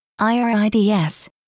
IRIDS